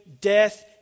death